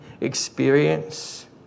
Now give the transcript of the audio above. experience